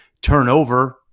turnover